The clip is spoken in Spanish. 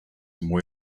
muy